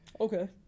Okay